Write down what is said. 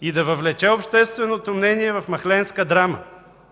и да въвлече общественото мнение в махленска драма.